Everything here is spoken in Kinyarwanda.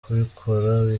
kubikora